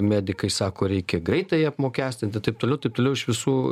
medikai sako reikia greitai apmokestinti taip toliau taip toliau iš visų